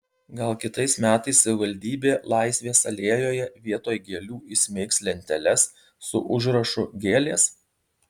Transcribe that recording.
gal kitais metais savivaldybė laisvės alėjoje vietoj gėlių įsmeigs lenteles su užrašu gėlės